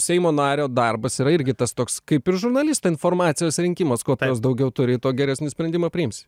seimo nario darbas yra irgi tas toks kaip ir žurnalisto informacijos rinkimas kuo daugiau turi tuo geresnį sprendimą priimsi